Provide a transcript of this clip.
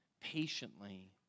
patiently